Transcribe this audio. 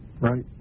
Right